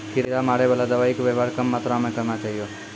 कीड़ा मारैवाला दवाइ के वेवहार कम मात्रा मे करना चाहियो